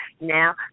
Now